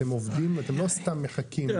אתם לא סתם מחכים לעוד חודשיים.